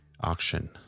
auction